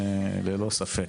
ללא ספק.